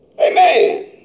Amen